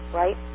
right